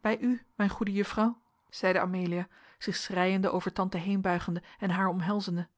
bij u mijn goede juffrouw zeide amelia zich schreiende over tante heenbuigende en haar omhelzende